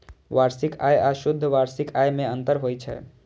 वार्षिक आय आ शुद्ध वार्षिक आय मे अंतर होइ छै